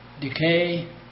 decay